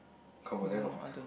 confirm there confirm